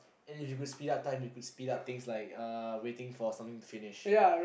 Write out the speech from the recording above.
and if you could speed up time you could just speed up things like uh waiting for something to finish